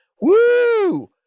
Woo